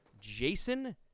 Jason